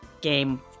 game